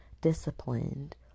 Disciplined